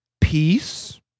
peace